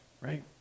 right